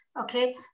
okay